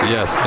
Yes